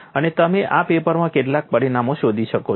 અને તમે આ પેપરમાં કેટલાક પરિણામો શોધી શકો છો